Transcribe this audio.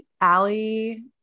Allie